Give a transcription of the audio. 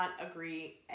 agree